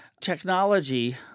Technology